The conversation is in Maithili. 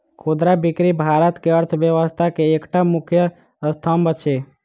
खुदरा बिक्री भारत के अर्थव्यवस्था के एकटा मुख्य स्तंभ अछि